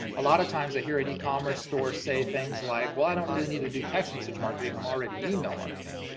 a lot of times i hear an ecommerce store say things like, well, i don't really need to do text message marketing, i'm already in email marketing.